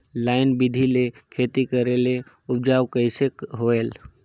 Line बिधी ले खेती करेले उपजाऊ कइसे होयल?